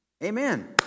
Amen